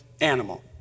animal